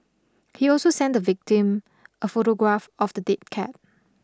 he also sent the victim a photograph of the dead cat